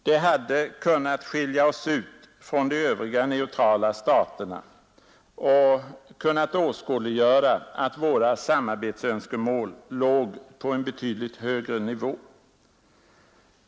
Det hade kunnat skilja oss ut från de övriga neutrala staterna och åskådliggöra att våra samarbetsönskemål låg på en betydligt högre nivå.